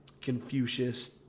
Confucius